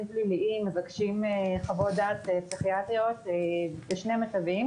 פליליים חוות דעת פסיכיאטריות בשני מצבים: